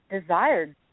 desired